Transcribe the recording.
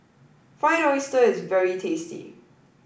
Fried Oyster is very tasty